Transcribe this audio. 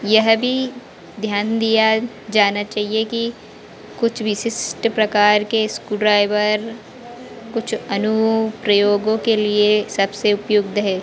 यह भी ध्यान दिया जाना चाहिए कि कुछ विशिष्ट प्रकार के स्क्रू ड्राइवर कुछ अनुप्रयोगों के लिए सबसे उपयुक्त है